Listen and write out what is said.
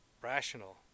rational